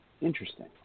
Interesting